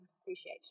Appreciate